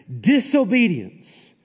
disobedience